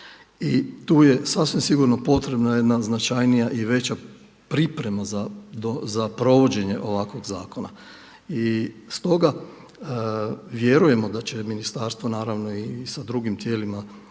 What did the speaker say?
tu je sasvim sigurno potrebna jedna značajnija i veća priprema za provođenje ovakvog zakona. I stoga vjerujemo da će ministarstvo naravno i sa drugim tijelima